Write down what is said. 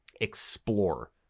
explore